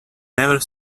never